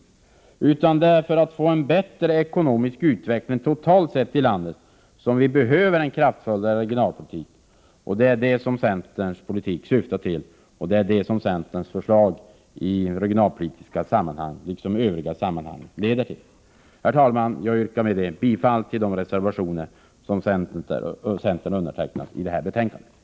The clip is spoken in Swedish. Det är för att få bättre ekonomisk utveckling totalt sett i landet som vi behöver en kraftfullare regionalpolitik. Det är detta som centerns politik syftar till och som centerns förslag i regionalpolitiska och andra sammanhang leder till. Herr talman! Jag yrkar med detta bifall till de reservationer som centern har undertecknat i arbetsmarknadsutskottets betänkande.